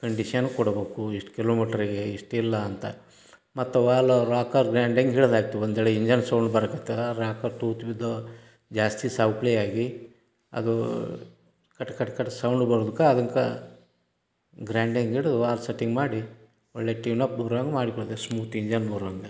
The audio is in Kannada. ಕಂಡೀಷನು ಕೊಡ್ಬೇಕು ಇಷ್ಟು ಕಿಲೋಮಿಟ್ರಿಗೆ ಇಷ್ಟಿಲ್ಲ ಅಂತ ಮತ್ತು ವಾಲು ರಾಕರ್ ಗ್ರಾಂಡಿಗೆ ಒಂದು ವೇಳೆ ಇಂಜನ್ ಸೌಂಡ್ ಬರಕತ್ತಾರ ರಾಕರ್ ತೂತು ಬಿದ್ದಿವೆ ಜಾಸ್ತಿ ಸವ್ಕಳಿಯಾಗಿ ಅದು ಕಟ್ ಕಟ್ ಕಟ್ ಸೌಂಡ್ ಬರೋದುಕ ಅದಕ್ಕೆ ಗ್ರಾಂಡಿಂಗೆ ಹಿಡ್ದು ವಾಲ್ ಸೆಟಿಂಗ್ ಮಾಡಿ ಒಳ್ಳೆಯ ಟ್ಯೂನ್ಅಪ್ ಬರೋ ಹಂಗೆ ಮಾಡ್ಕೊಡ್ತೀವಿ ಸ್ಮೂತ್ ಇಂಜನ್ ಬರೋ ಹಂಗೆ